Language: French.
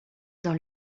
dans